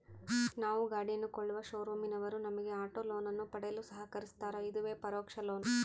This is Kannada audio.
ನಾವು ಗಾಡಿಯನ್ನು ಕೊಳ್ಳುವ ಶೋರೂಮಿನವರು ನಮಗೆ ಆಟೋ ಲೋನನ್ನು ಪಡೆಯಲು ಸಹಕರಿಸ್ತಾರ, ಇದುವೇ ಪರೋಕ್ಷ ಲೋನ್